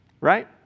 Right